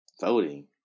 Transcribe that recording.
voting